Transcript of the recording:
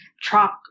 truck